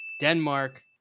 Denmark